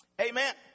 Amen